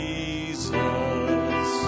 Jesus